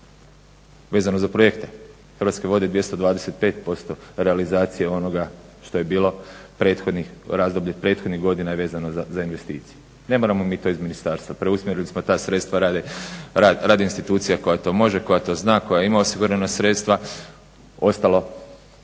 vezano za projekte Hrvatske vode 225% realizacije onoga što je bilo, razdoblje prethodnih godina je vezano za investiciju. Ne moramo mi to iz Ministarstva. Preusmjerili smo ta sredstva radi institucija koja to može, koja to zna, koja ima osigurana sredstva. Ostalo